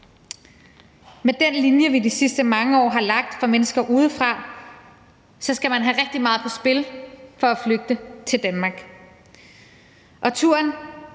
Med den linje, vi i de sidste mange år har lagt for mennesker udefra, så skal man have rigtig meget på spil for at flygte til Danmark. Turen